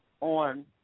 on